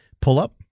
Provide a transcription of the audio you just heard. pull-up